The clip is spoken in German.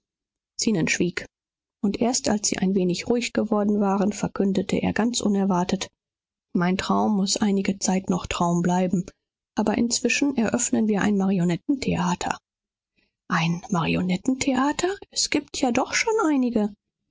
zenon schwieg und erst als sie ein wenig ruhig geworden waren verkündete er ganz unerwartet mein traum muß einige zeit noch traum bleiben aber inzwischen eröffnen wir ein marionettentheater ein marionettentheater es gibt ja doch schon einige